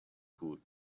food